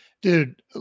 Dude